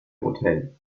hotel